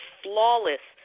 flawless